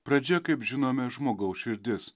pradžia kaip žinome žmogaus širdis